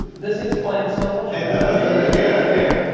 this explains so much yeah yeah